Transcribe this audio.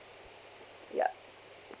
ya